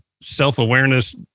self-awareness